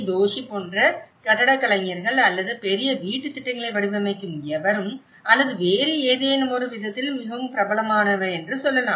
Toshi போன்ற கட்டடக் கலைஞர்கள் அல்லது பெரிய வீட்டுத் திட்டங்களை வடிவமைக்கும் எவரும் அல்லது வேறு ஏதேனுமொரு விதத்தில் மிகவும் பிரபலமானவர் என்று சொல்லலாம்